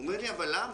הוא אומר לי: אבל למה?